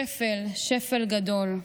שפל, שפל גדול.